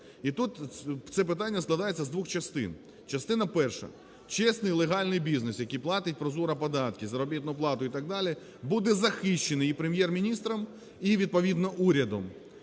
І тут це питання складається з двох частин. Частина перша. Чесний, легальний бізнес, який платить прозоро податки, заробітну плату і так далі, буде захищений і Прем'єр-міністром, і відповідно урядом.